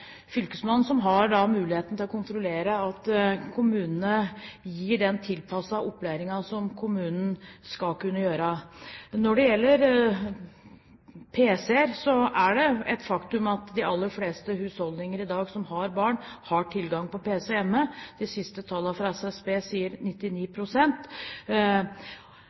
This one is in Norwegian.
fylkesmannen som har mulighet til å kontrollere at kommunene gir den tilpassede opplæringen som kommunene skal kunne gi. Når det gjelder pc-er, er det et faktum at de aller fleste husholdninger som i dag har barn, har tilgang på pc hjemme. De siste tallene fra SSB sier